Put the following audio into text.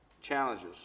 Challenges